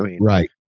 Right